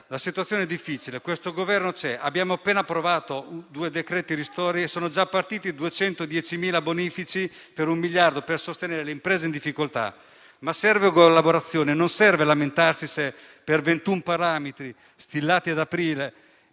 La situazione è difficile. Questo Governo c'è. Abbiamo appena approvato due decreti ristori e sono già partiti 210.000 bonifici per un miliardo di euro volti a sostenere le imprese in difficoltà. Serve collaborazione, non lamentele se, sulla base di ventuno parametri stilati ad aprile